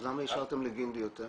אז למה אישרתם לגינדי יותר?